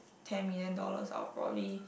ten million dollars I will probably